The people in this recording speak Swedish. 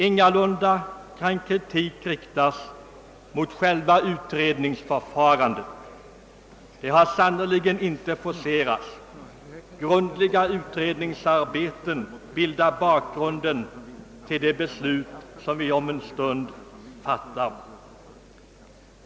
Ingalunda kan kritik riktas mot själva utredningsförfarandet; det har sannerligen inte forcerats, utan grundliga utredningsarbeten bildar bakgrunden till det beslut som vi om en stund skall fatta.